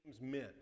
Meant